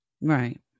Right